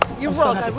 you rock,